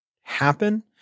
happen